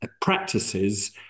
practices